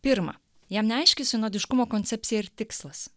pirma jam neaiški sinodiškumo koncepcija ir tikslas